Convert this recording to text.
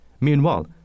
Meanwhile